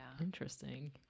Interesting